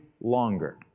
longer